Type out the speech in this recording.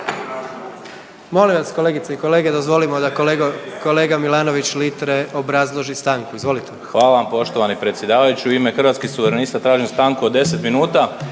Molim vas kolegice i kolege dozvolimo da kolega Milanović Litre obrazloži stanku. Izvolite. **Milanović Litre, Marko (Hrvatski suverenisti)** Hvala vam poštovani predsjedavajući. U ime Hrvatskih suverenista tražim stanku od 10 minuta.